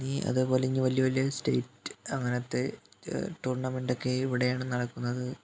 ഇനി അതേ പോലെ ഇനി വലിയ വലിയ സ്റ്റേറ്റ് അങ്ങനത്തെ ടൂർണമെൻറ്റൊക്കെ ഇവിടെയാണ് നടക്കുന്നത്